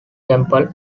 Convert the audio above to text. temple